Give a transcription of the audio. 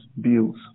bills